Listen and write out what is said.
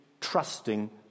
trusting